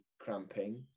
cramping